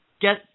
get